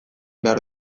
behar